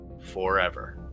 forever